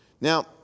Now